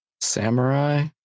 Samurai